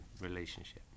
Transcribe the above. relationship